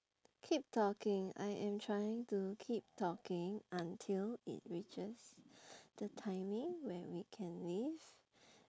keep talking I am trying to keep talking until it reaches the timing where we can leave